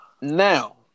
now